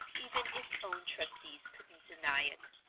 even its own trustees couldn't deny it.